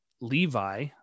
Levi